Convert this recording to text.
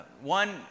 one